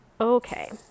Okay